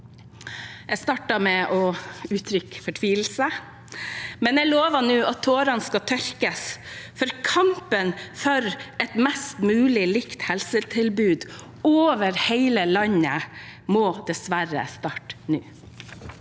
Jeg startet med å uttrykke fortvilelse, men jeg lover nå at tårene skal tørkes, for kampen for et mest mulig likt helsetilbud over hele landet må dessverre starte nå.